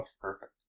Perfect